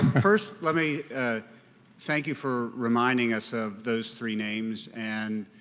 first, let me thank you for reminding us of those three names and